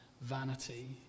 vanity